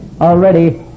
already